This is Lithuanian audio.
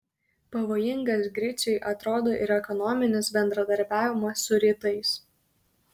pavojingas griciui atrodo ir ekonominis bendradarbiavimas su rytais